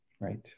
Right